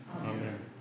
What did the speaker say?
Amen